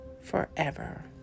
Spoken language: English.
forever